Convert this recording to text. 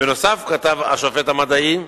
בנוסף, כתב השופט המדעי,